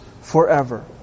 forever